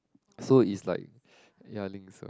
so it's like ya 吝啬